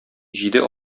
җиде